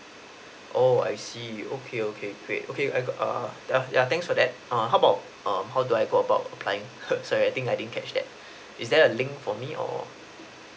oo I see okay okay great okay I got err uh yeah thanks for that err how about um how do I go about applying sorry I think I didn't catch that is there a link for me or